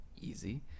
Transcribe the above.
Easy